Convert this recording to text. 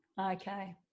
okay